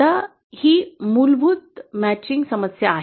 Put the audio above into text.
आता ही मूलभूत जुळवणी ची समस्या आहे